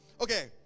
Okay